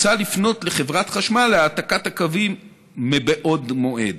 מוצע לפנות לחברת חשמל להעתקת הקווים מבעוד מועד.